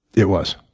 it was.